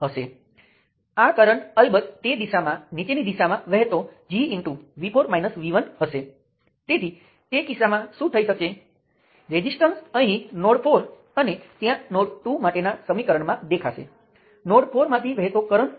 પરંતુ હવે દાખલા તરીકે આ સર્કિટ લો અત્યાર સુધી આ પ્લેનર છે ચાલો કહીએ કે આ નોડ થી આ નોડ સાથે એક શાખાને જોડો